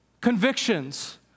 convictions